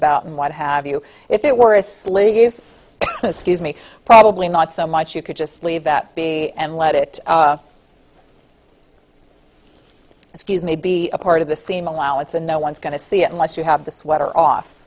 about and what have you if it were a sleeve scuse me probably not so much you could just leave that be and let it excuse may be a part of the seam allowance and no one's going to see it unless you have the sweater off